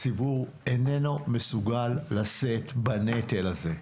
הציבור איננו מסוגל לשאת בנטל הזה.